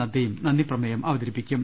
നദ്ധയും നന്ദിപ്രമേയം അവതരിപ്പിക്കും